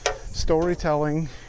storytelling